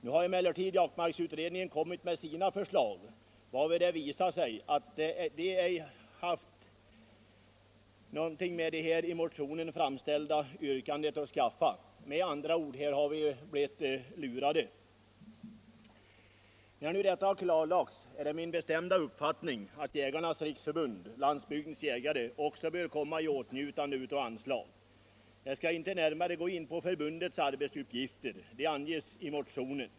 Nu har emellertid jaktmarksutredningen kommit med sina förslag, varvid det visat sig att den ej haft någonting med det i motionen framställda yrkandet att skaffa. Med andra ord: Här har vi blivit lurade. När nu detta klarlagts är det min bestämda uppfattning att Jägarnas riksförbund-Landsbygdens jägare också bör komma i åtnjutande av anslag. Jag skall inte närmare gå in på förbundets arbetsuppgifter. De anges i motionen.